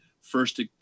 first